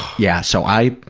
yeah, so i,